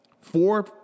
Four